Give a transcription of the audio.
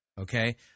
okay